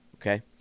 okay